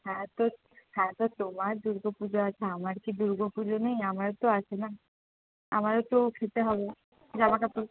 হ্যাঁ তো হ্যাঁ তো তোমার দুর্গাপুজো আছে আমার কি দুর্গাপুজো নেই আমারও তো আছে না আমার ও তো খেতে হবে জামাকাপড়